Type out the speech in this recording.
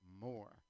more